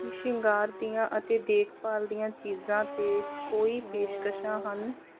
ਕੀ ਸ਼ਿੰਗਾਰ ਦੀਆਂ ਅਤੇ ਦੇਖ ਭਾਲ ਦੀਆਂ ਚੀਜ਼ਾਂ 'ਤੇ ਕੋਈ ਪੇਸ਼ਕਸ਼ਾਂ ਹਨ